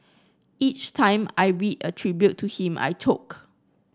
each time I read a tribute to him I choke